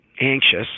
anxious